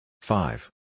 Five